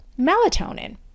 melatonin